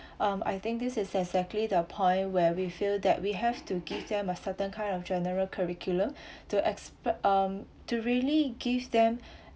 um I think this is exactly the point where we feel that we have to give them a certain kind of general curriculum to expec~ um to really give them